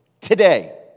today